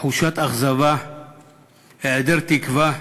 תחושת אכזבה והיעדר תקווה,